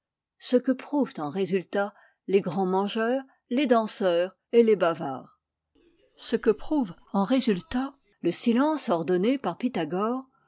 ce que prouvent en résultat les grands mangeurs les danseurs et les bavards ce que prouvent en principe le silence ordonné par pythagore